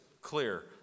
clear